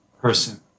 person